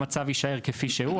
המצב יישאר כפי שהוא.